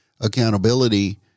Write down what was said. accountability